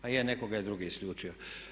A je, netko ga je drugi isključio.